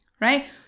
right